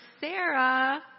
Sarah